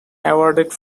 awarded